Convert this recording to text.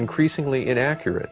increasingly inaccurate